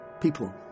people